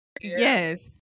Yes